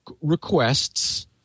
requests